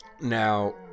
Now